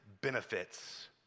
benefits